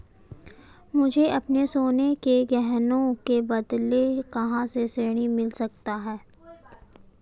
मुझे अपने सोने के गहनों के बदले कहां से ऋण मिल सकता है?